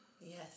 Yes